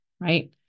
right